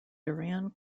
duran